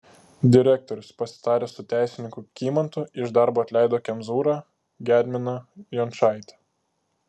direktorius pasitaręs su teisininku kymantu iš darbo atleido kemzūrą gedminą jončaitę